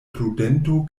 prudento